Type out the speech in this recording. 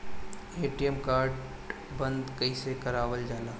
ATM card बन्द कईसे करावल जाला?